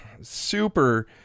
super